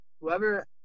Whoever –